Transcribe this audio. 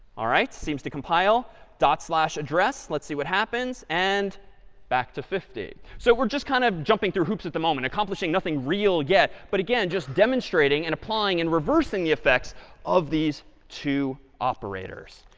all right, seems to compile. dot slash address, let's see what happens. and back to fifty. so we're just kind of jumping through hoops at the moment, accomplishing nothing real yet. but again, just demonstrating, and applying, and reversing the effects of these two operators.